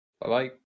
Bye-bye